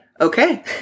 Okay